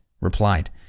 replied